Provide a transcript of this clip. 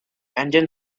engine